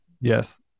Yes